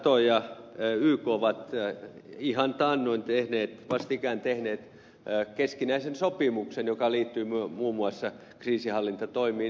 nato ja yk ovat ihan vastikään tehneet keskinäisen sopimuksen joka liittyy muun muassa kriisinhallintatoimiin